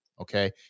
Okay